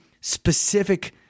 specific